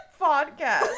podcast